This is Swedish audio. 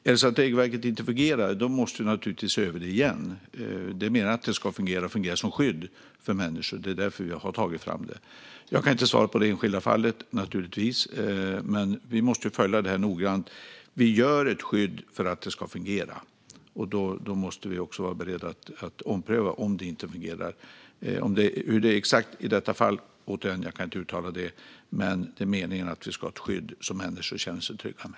Om regelverket inte fungerar måste vi naturligtvis se över det igen. Det är meningen att det ska fungera som skydd för människor; det är därför vi har tagit fram det. Jag kan naturligtvis inte svara på hur det ser ut i det enskilda fallet, men vi måste följa detta noggrant. Vi gör ett skydd för att det ska fungera, och då måste vi också vara beredda att ompröva om det inte gör det. Återigen - exakt hur det är i detta fall kan jag inte uttala mig om, men det är meningen att vi ska ha ett skydd som människor känner sig trygga med.